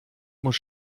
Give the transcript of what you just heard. muss